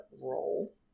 Roll